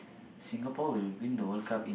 Singapore will win the World Cup in